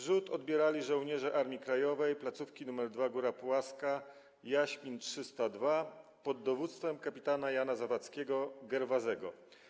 Zrzut odbierali żołnierze Armii Krajowej placówki nr 2 Góra Puławska - „Jaśmin 302” pod dowództwem kpt. Jana Zawadzkiego „Gerwazego”